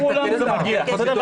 --- לכולם אותו דבר.